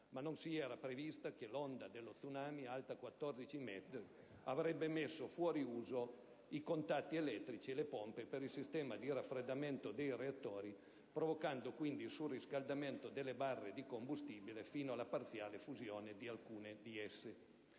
ma non era stato previsto che l'onda dello tsunami, alta 14 metri, avrebbe messo fuori uso i contatti elettrici e le pompe per il sistema di raffreddamento dei reattori, provocando quindi il surriscaldamento delle barre di combustibile fino alla parziale fusione di alcune di esse.